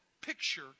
picture